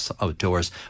outdoors